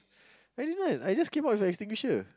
I didn't I just came up with an extinguisher